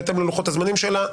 בהתאם ללוחות-הזמנים שלה,